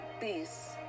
peace